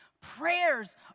prayers